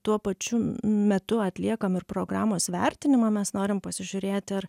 tuo pačiu m metu atliekam ir programos vertinimą mes norim pasižiūrėt ar